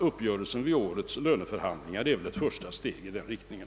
Uppgörelsen vid årets löneförhandlingar är enligt min mening ett första steg i den riktningen.